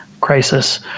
crisis